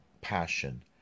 passion